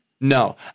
No